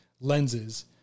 lenses